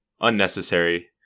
unnecessary